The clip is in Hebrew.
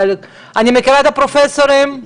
אני מכירה את הפרופסורים,